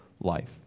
life